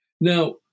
Now